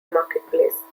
marketplace